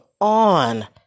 on